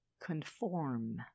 Conform